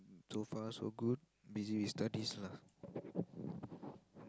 so far so good busy with studies lah